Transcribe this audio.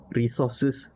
resources